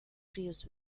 crews